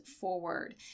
forward